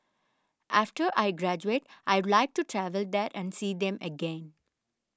after I graduate I'd like to travel there and see them again